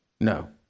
No